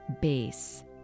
base